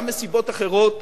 גם מסיבות אחרות,